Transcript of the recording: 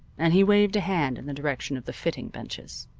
and he waved a hand in the direction of the fitting benches.